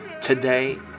Today